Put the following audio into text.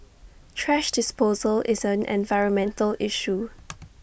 thrash disposal is an environmental issue